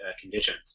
conditions